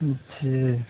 अच्छा